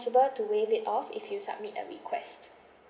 to waive it off if you submit a request